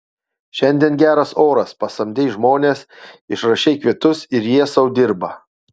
šiandien geras oras pasamdei žmones išrašei kvitus ir jie sau dirba